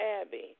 Abby